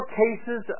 cases